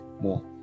more